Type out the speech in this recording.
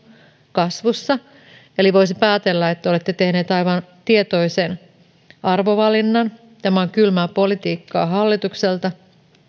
kasvussa eli voisi päätellä että te olette tehneet aivan tietoisen arvovalinnan tämä on kylmää politiikkaa hallitukselta